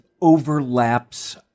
overlaps